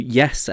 yes